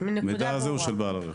כי המידע הזה הוא של בעל הרכב.